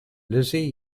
lizzy